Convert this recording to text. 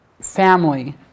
family